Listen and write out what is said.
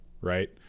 right